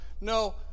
no